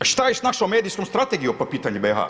Šta je s našom medijskom strategijom po pitanju BiH-a?